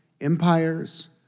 empires